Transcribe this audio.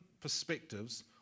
perspectives